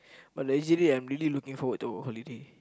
but leisurely I am really looking forward to our holiday